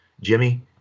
Jimmy